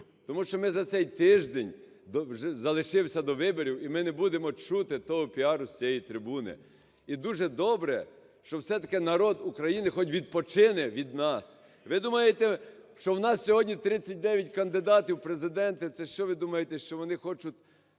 Тому що ми за цей тиждень, залишився до виборів, і ми не будемо чути того піару з цієї трибуни. І дуже добре, що все-таки народ України хоч відпочине від нас. Ви думаєте, що в нас сьогодні 39 кандидатів в Президенти, це що ви думаєте, що вони хочуть